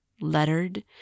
lettered